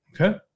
Okay